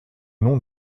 nom